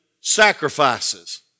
sacrifices